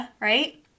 right